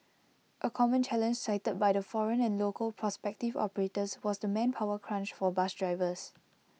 A common challenge cited by the foreign and local prospective operators was the manpower crunch for bus drivers